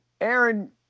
Aaron